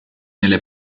nelle